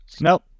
nope